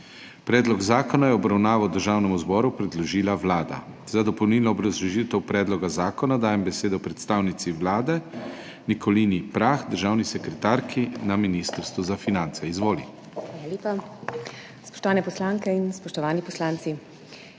Predlog zakona je v obravnavo Državnemu zboru predložila Vlada. Za dopolnilno obrazložitev predloga zakona dajem besedo predstavnici Vlade, gospe Nikolini Prah, državni sekretarki na Ministrstvu za finance. Izvolite.